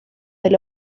del